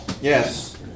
Yes